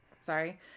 sorry